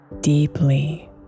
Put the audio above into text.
deeply